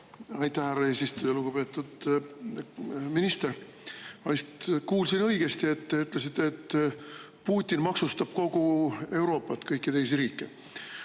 Aitäh, härra eesistuja! Lugupeetud minister! Ma vist kuulsin õigesti, et te ütlesite, et Putin maksustab kogu Euroopat, kõiki teisi riike.